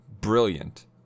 brilliant